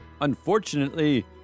Unfortunately